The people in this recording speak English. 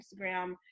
Instagram